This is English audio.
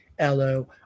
LO